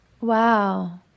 Wow